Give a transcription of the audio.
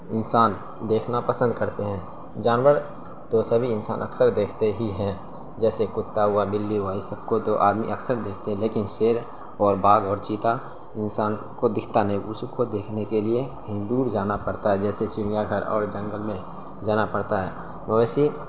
انسان دیکھنا پسند کرتے ہیں جانور تو سبھی انسان اکثر دیکھتے ہی ہیں جیسے کتا ہوا بلی ہوا ان سب کو تو آدمی اکثر دیکھتے ہیں لیکن شیر اور باگھ اور چیتا انسان کو دکھتا نہیں اس کو دیکھنے کے لیے کہیں دور جانا پڑتا ہے جیسے چڑیا گھر اور جنگل میں جانا پڑتا ہے مویشی